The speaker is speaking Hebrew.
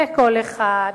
בקול אחד,